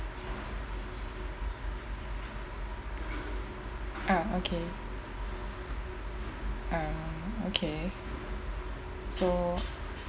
ah okay err okay so